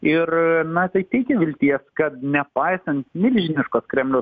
ir na tai teikia vilties kad nepaisant milžiniškos kremliaus